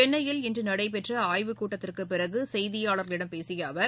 சென்னையில் இன்று நடைபெற்ற ஆய்வுக்கூட்டத்திற்கு பின்னர் செய்தியாளர்களிடம் பேசிய அவர்